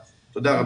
תודה.